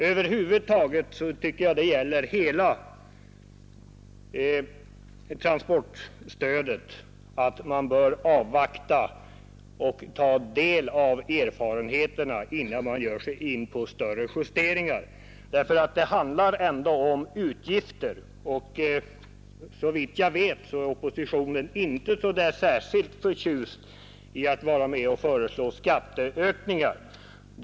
Över huvud taget gäller det hela transportstödet att man bör avvakta och ta del av erfarenheterna innan man ger sig in på större justeringar; det handlar ändå om utgifter, och såvitt jag vet är inte oppositionen så särskilt förtjust i att vara med och föreslå skatteökningar.